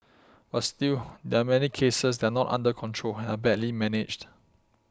but still there are many cases that are not under control and are badly managed